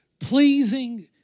Pleasing